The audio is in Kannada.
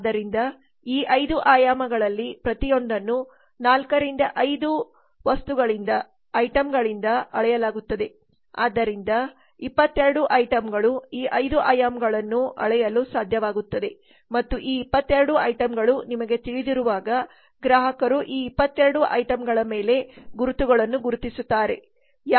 ಆದ್ದರಿಂದ ಈ 5 ಆಯಾಮಗಳಲ್ಲಿ ಪ್ರತಿಯೊಂದನ್ನು 4 ರಿಂದ 5 ವಸ್ತುಗಳಿಂದ ಅಳೆಯಲಾಗುತ್ತದೆ ಮತ್ತು ಆದ್ದರಿಂದ 22 ವಸ್ತುಗಳು ಈ 5 ಆಯಾಮಗಳನ್ನು ಅಳೆಯಲು ಸಾಧ್ಯವಾಗುತ್ತದೆ ಮತ್ತು ಈ 22 ವಸ್ತುಗಳು ನಿಮಗೆ ತಿಳಿದಿರುವಾಗ ಗ್ರಾಹಕರು ಈ 22 ವಸ್ತುಗಳ ಮೇಲೆ ಗುರುತುಗಳನ್ನು ಗುರುತಿಸುತ್ತಾರೆ